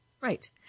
Right